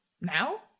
Now